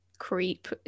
creep